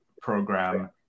Program